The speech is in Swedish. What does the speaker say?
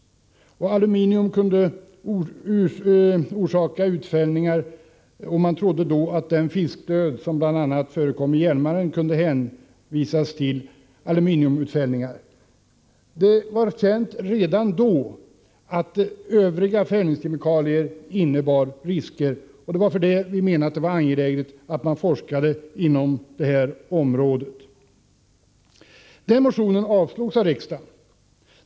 Aluminium kunde orsaka utfällningar, och man trodde då att den fiskdöd som bl.a. förekom i Hjälmaren kunde hänföras till aluminiumutfällningar. Det var redan känt att övriga fällningskemikalier innebar risker, och det var därför vi menade att det var angeläget att man forskade inom detta område. Den motionen avslogs av riksdagen.